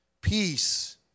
peace